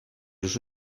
uso